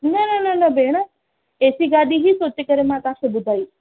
न न न न भेण एसी गाॾी ई सोचे करे मां तव्हां खे ॿुधाई